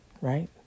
Right